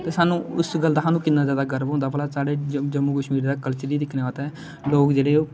ते सानू उस गल्ल दा स्हानू किन्ना ज्यादा गर्व ऐ होंदा भला साढ़े जम्मू कशमीर दा कल्चर गी दिक्खना ते लोग जेहडे़ ओह्